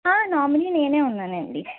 nominee నేనే ఉన్నానండి